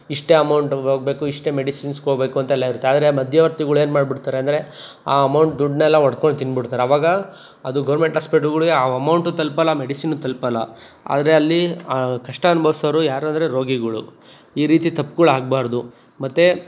ಇಷ್ಟೇ ಅಮೌಂಟಲ್ಲಿ ಹೋಗ್ಬೇಕು ಇಷ್ಟೇ ಮೆಡಿಸಿನ್ಸ್ಗೆ ಹೋಗ್ಬೇಕು ಅಂತೆಲ್ಲ ಇರುತ್ತೆ ಆದರೆ ಮಧ್ಯವರ್ತಿಗಳು ಏನು ಮಾಡಿಬಿಡ್ತರೆ ಅಂದರೆ ಆ ಅಮೌಂಟ್ ದುಡ್ಡನ್ನೆಲ್ಲ ಹೊಡ್ಕೊಂಡ್ ತಿಂದು ಬಿಡ್ತರೆ ಅವಾಗ ಅದು ಗೋರ್ಮೆಂಟ್ ಹಾಸ್ಪಿಟ್ಲ್ಗಳ್ಗೆ ಆ ಅಮೌಂಟು ತಲುಪಲ್ಲ ಮೆಡಿಸಿನು ತಲುಪಲ್ಲ ಆದರೆ ಅಲ್ಲಿ ಕಷ್ಟ ಅನುಭವಿಸುವರು ಯಾರು ಅಂದರೆ ರೋಗಿಗಳು ಈ ರೀತಿ ತಪ್ಗಳ್ ಆಗಬಾರ್ದು ಮತ್ತು